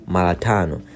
Malatano